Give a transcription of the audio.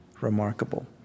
remarkable